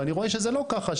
ואני רואה שזה לא ככה,